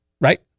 Right